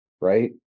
right